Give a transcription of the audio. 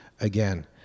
Again